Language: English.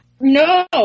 no